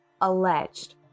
Alleged